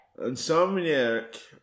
Insomniac